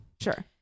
Sure